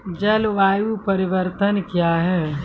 जलवायु परिवर्तन कया हैं?